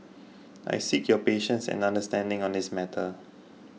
I seek your patience and understanding on this matter